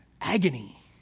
agony